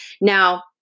Now